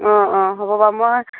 অ অ হ'ব বাৰু মই